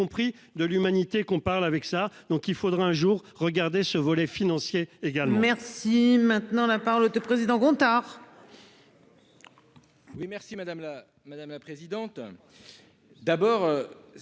de l'humanité qu'on parle avec ça donc il faudra un jour regarder ce volet financier. Hé bien